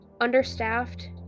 understaffed